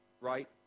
right